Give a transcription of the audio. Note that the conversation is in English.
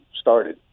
started